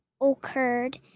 occurred